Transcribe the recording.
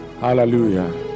Hallelujah